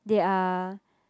they are